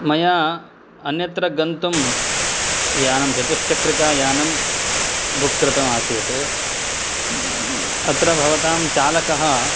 मया अन्यत्र गन्तुं यानं चतुश्चक्रिकायानं बुक् कृतम् आसीत् अत्र भवतां चालकः